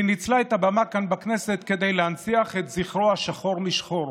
והיא ניצלה את הבמה כאן בכנסת כדי להנציח את זכרו השחור משחור.